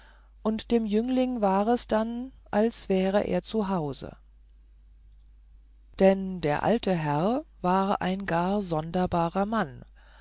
und dem jüngling war es dann als wäre er zu haus denn der alte herr war gar ein sonderbarer mann